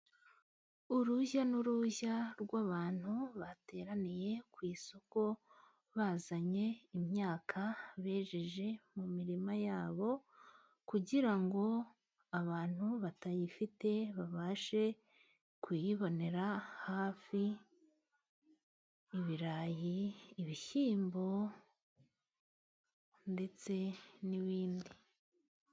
Urujya n'uruza rw'abantu bateraniye ku isoko, bazanye imyaka bejeje mu mirima yabo, kugira ngo abantu batayifite babashe kuyibonera hafi ibirayi, ibishyimbo ndetse n'ibindi,